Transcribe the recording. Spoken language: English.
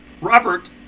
Robert